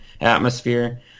atmosphere